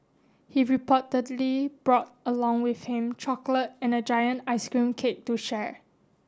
he reportedly brought along with him chocolate and a giant ice cream cake to share